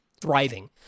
thriving